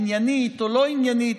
עניינית או לא עניינית,